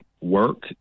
work